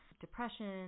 depression